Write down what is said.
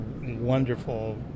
wonderful